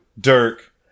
Dirk